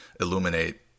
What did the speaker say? illuminate